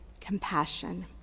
compassion